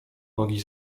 nogi